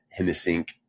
hemisync